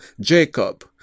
Jacob